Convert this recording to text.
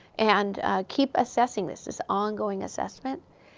and keep assessing this this ongoing assessment.